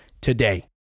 today